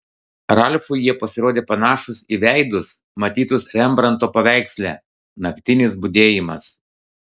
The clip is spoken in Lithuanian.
ralfui jie pasirodė panašūs į veidus matytus rembranto paveiksle naktinis budėjimas